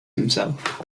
himself